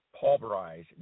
pulverize